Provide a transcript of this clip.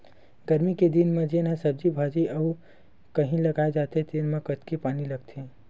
गरमी के दिन म जेन ह सब्जी भाजी अउ कहि लगाए जाथे तेन म कमती पानी लागथे